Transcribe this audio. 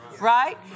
right